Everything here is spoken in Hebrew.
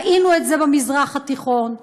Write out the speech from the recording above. ראינו את זה במזרח התיכון,